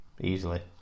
easily